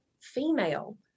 female